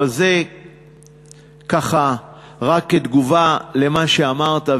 זה רק כתגובה למה שאמרת.